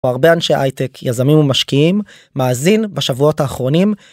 הרבה אנשי הייטק יזמים ומשקיעים מאזין בשבועות האחרונים.